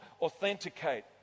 authenticate